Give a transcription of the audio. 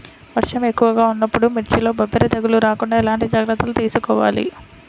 వర్షం ఎక్కువగా ఉన్నప్పుడు మిర్చిలో బొబ్బర తెగులు రాకుండా ఎలాంటి జాగ్రత్తలు తీసుకోవాలి?